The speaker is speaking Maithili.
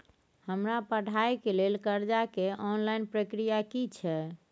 हमरा पढ़ाई के लेल कर्जा के ऑनलाइन प्रक्रिया की छै?